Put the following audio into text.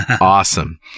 awesome